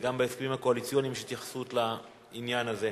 וגם בהסכמים הקואליציוניים יש התייחסות לעניין הזה.